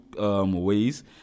ways